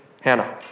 Hannah